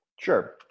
Sure